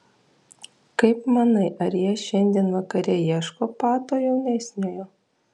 kaip manai ar jie šiandien vakare ieško pato jaunesniojo